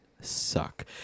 suck